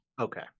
Okay